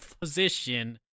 position